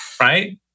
right